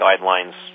guidelines